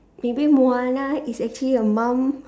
maybe Moana is actually a mum